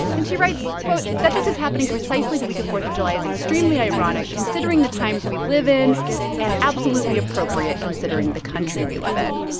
and she writes, quote, that this is happening precisely week of fourth of july is extremely ironic, considering the times we live in and absolutely appropriate considering the country we live in.